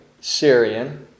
Syrian